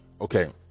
Okay